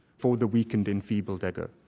for the weakened, enfeebled ego.